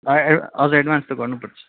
हँ ए हजुर एडभान्स त गर्नुपर्छ